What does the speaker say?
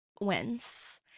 wins